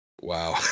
Wow